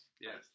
Yes